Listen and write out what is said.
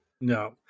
No